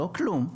לא כלום,